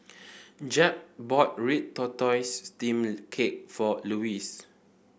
Jeb bought Red Tortoise Steamed Cake for Lewis